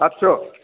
आटस्स'